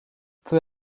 peu